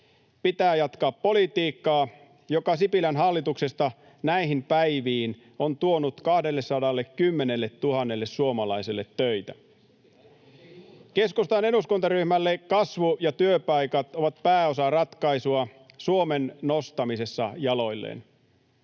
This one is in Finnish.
Pitää jatkaa politiikkaa, joka Sipilän hallituksesta näihin päiviin on tuonut 210 000 suomalaiselle töitä. [Oikealta: Sitten varmaan kannattaisi tehdä jotain!] Keskustan eduskuntaryhmälle kasvu ja työpaikat ovat pääosa ratkaisua Suomen nostamisessa jaloilleen.